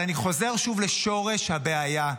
אני חוזר שוב לשורש הבעיה.